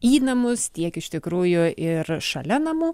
į namus tiek iš tikrųjų ir šalia namų